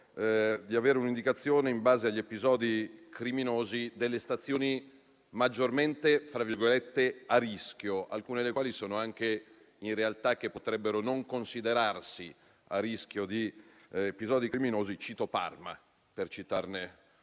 per avere un'indicazione, in base agli episodi criminosi, delle stazioni maggiormente "a rischio". Alcune di queste, in realtà, potrebbero anche non considerarsi a rischio di episodi criminosi. Cito Parma, per citarne